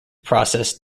process